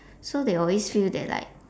so they always feel that like